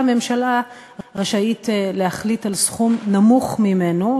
והממשלה רשאית להחליט על סכום נמוך ממנו,